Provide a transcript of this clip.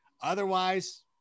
Otherwise